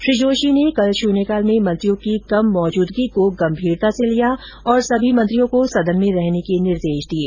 श्री जोशी ने कल शून्यकाल में मंत्रियों की कम उपस्थिति को गंभीरता से लिया और सभी मंत्रियों को सदन में रहने के निर्देश दिये